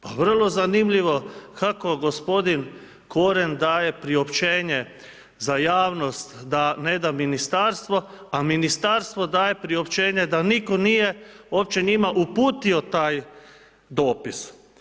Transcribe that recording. Pa vrlo zanimljivo kako gospodin Koren daje priopćenje za javnost da ne da Ministarstvo, a Ministarstvo daje priopćenje da nitko nije uopće njima uputio taj dopis.